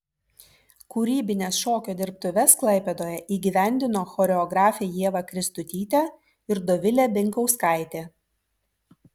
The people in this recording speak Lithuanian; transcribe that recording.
kūrybines šokio dirbtuves klaipėdoje įgyvendino choreografė ieva kristutytė ir dovilė binkauskaitė